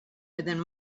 within